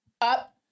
up